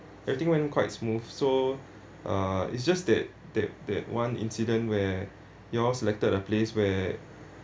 everything went quite smooth so uh it's just that that that one incident where you all selected a place where